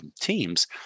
teams